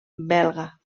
belga